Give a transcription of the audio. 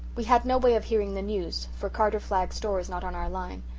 we had no way of hearing the news, for carter flagg's store is not on our line,